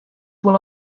will